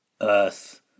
earth